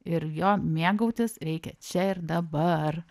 ir juo mėgautis reikia čia ir dabar